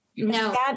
No